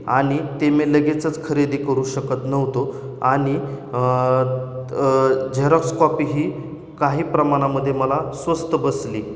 आणि ते मी लगेचच खरेदी करू शकत नव्हतो आणि झेरॉक्स कॉपी ही काही प्रमाणामध्ये मला स्वस्त बसली